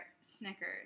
Snickers